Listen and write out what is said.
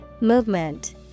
Movement